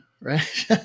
right